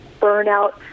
burnout